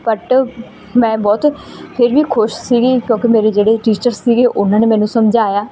but ਮੈਂ ਬਹੁਤ ਫਿਰ ਵੀ ਖੁਸ਼ ਸੀਗੀ ਕਿਉਂਕਿ ਮੇਰੇ ਜਿਹੜੇ ਟੀਚਰ ਸੀਗੇ ਉਹਨਾਂ ਨੇ ਮੈਨੂੰ ਸਮਝਾਇਆ